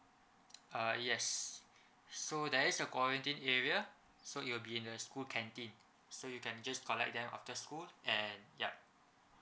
uh yes so there is a quarantine area so it'll be in the school canteen so you can just collect them after school and yup